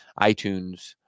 iTunes